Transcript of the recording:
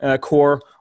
core